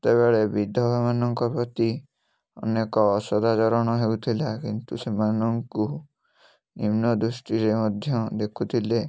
ସେତେବେଳେ ବିଧବାମାନଙ୍କ ପ୍ରତି ଅନେକ ଅସଧାଚରଣ ହେଉଥିଲା କିନ୍ତୁ ସେମାନଙ୍କୁ ନିମ୍ନ ଦୃଷ୍ଟିରେ ମଧ୍ୟ ଦେଖୁଥିଲେ